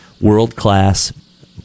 world-class